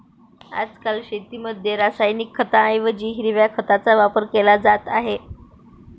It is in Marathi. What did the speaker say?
आजकाल शेतीमध्ये रासायनिक खतांऐवजी हिरव्या खताचा वापर केला जात आहे